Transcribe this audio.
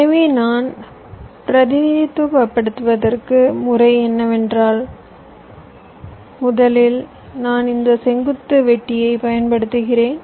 எனவே நான் பிரதிநிதித்துவப்படுத்தும் முறை என்னவென்றால் முதலில் நான் இந்த செங்குத்து வெட்டியைப் பயன்படுத்துகிறேன்